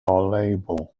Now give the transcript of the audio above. label